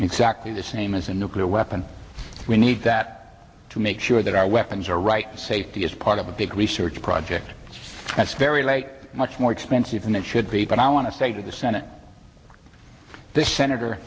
exactly the same as a nuclear weapon we need that to make sure that our weapons are right safety as part of a big research project that's very late much more expensive than it should be but i want to say to the senate this senator